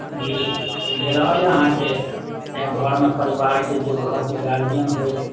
कुण्डली वगैरह एहि अहाँके या चाहे घरमे परिवारके जे गार्जियन होथि